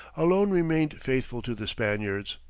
alone remained faithful to the spaniards.